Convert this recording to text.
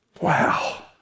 Wow